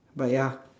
but ya